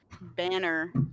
banner